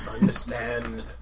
Understand